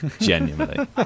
Genuinely